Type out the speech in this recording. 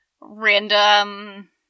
random